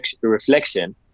reflection